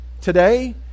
today